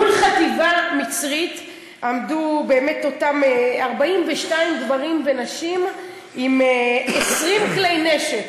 מול חטיבה מצרית עמדו אותם 42 גברים ונשים עם 20 כלי נשק.